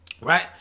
right